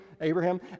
Abraham